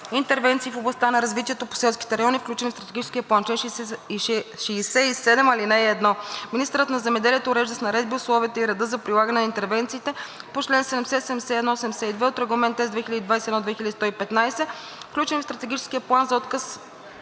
Интервенции в областта на развитието на селските райони, включени в Стратегическия план Чл. 67. (1) Министърът на земеделието урежда с наредби условията и реда за прилагане на интервенциите по чл. 70, 71 и 72 от Регламент (ЕС) 2021/2115, включени в Стратегическия план, за отказ